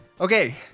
okay